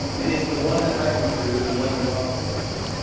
and is the one that might be true, the one that we all think is true.